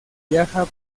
viaja